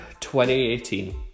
2018